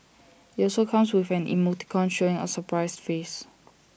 IT also comes with an emoticon showing A surprised face